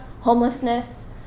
homelessness